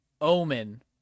Omen